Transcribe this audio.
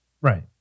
Right